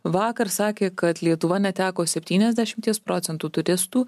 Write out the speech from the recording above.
vakar sakė kad lietuva neteko septyniasdešimties procentų turistų